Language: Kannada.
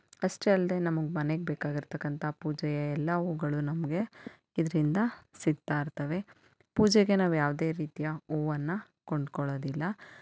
ಅಷ್ಟೇ ಅಲ್ಲದೆ ನಮಗೆ ಮನೆಗೆ ಬೇಕಾಗಿರತಕ್ಕಂಥ ಪೂಜೆ ಎಲ್ಲ ಹೂಗಳು ನಮಗೆ ಇದರಿಂದ ಸಿಗ್ತಾ ಇರ್ತವೆ ಪೂಜೆಗೆ ನಾವು ಯಾವುದೇ ರೀತಿಯ ಹೂವನ್ನ ಕೊಂಡುಕೊಳ್ಳೋದಿಲ್ಲ